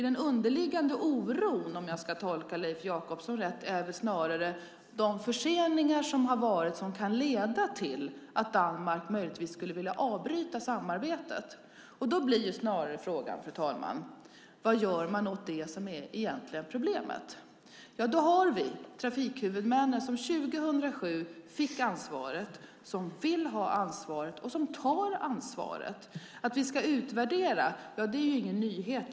Den underliggande oron, om jag ska tolka Leif Jakobsson rätt, gäller väl snarare de förseningar som har varit och som kan leda till att Danmark möjligtvis skulle vilja avbryta samarbetet. Fru talman! Då blir frågan snarare: Vad gör man åt det som är det egentliga problemet? Vi har trafikhuvudmännen som 2007 fick ansvaret, som vill ha ansvaret och som tar ansvaret. Det är ingen nyhet att vi ska utvärdera.